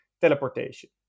teleportation